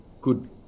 good